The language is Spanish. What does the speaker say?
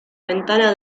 ventana